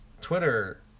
twitter